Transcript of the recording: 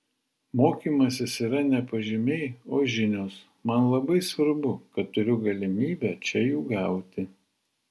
mokymasis yra ne pažymiai o žinios man labai svarbu kad turiu galimybę čia jų gauti